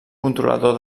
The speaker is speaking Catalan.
controlador